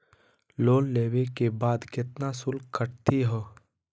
Loan लेवे के बाद केतना शुल्क कटतही हो?